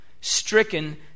stricken